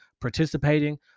participating